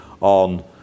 on